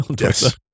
Yes